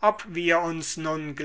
ob wir uns nun